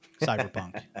cyberpunk